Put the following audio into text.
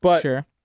sure